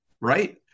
right